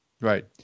right